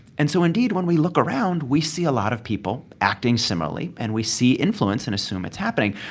and so indeed when we look around, we see a lot of people acting similarly, and we see influence and assume it's happening.